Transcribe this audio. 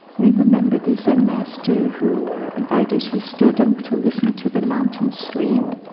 we remember the zen master who invited his student to listen to the mountain stream